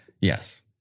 Yes